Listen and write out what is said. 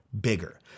bigger